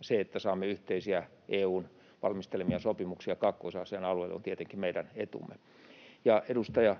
se, että saamme yhteisiä EU:n valmistelemia sopimuksia Kaakkois-Aasian alueelle, on tietenkin meidän etumme. Ja edustaja